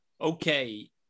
Okay